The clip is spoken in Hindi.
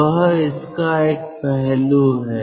वह इसका एक पहलू है